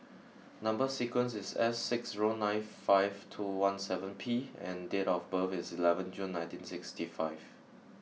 number sequence is S six zero nine five two one seven P and date of birth is eleventh June nineteen sixty five